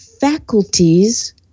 faculties